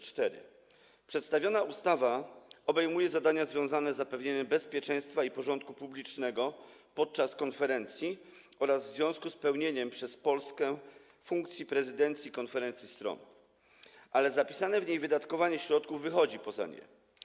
Przedstawiona ustawa obejmuje zadania związane z zapewnieniem bezpieczeństwa i porządku publicznego podczas konferencji oraz w związku z pełnieniem przez Polskę funkcji prezydencji konferencji stron, ale zapisane w niej wydatkowanie środków wychodzi poza nie.